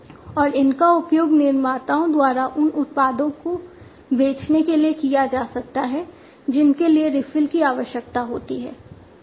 और इनका उपयोग निर्माताओं द्वारा उन उत्पादों को बेचने के लिए किया जा सकता है जिनके लिए रिफिल की आवश्यकता होती है